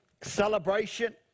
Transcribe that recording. celebration